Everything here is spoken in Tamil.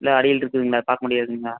எதாவது அடியில இருக்குங்களா பார்க்க முடியாதுங்களா